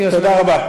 תודה רבה.